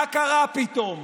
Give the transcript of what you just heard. מה קרה פתאום?